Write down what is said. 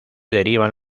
derivan